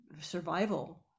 survival